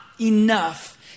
enough